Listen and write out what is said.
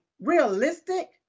realistic